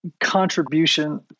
contribution